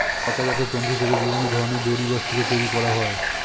পাতাজাত তন্তু থেকে বিভিন্ন ধরনের দড়ি বা সুতো তৈরি করা হয়